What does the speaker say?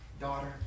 daughter